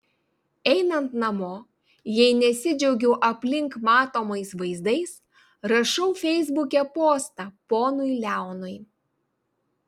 einant namo jei nesidžiaugiu aplink matomais vaizdais rašau feisbuke postą ponui leonui